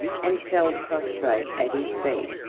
and fell prostrate at his feet.